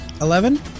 eleven